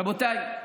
רבותיי,